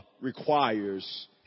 requires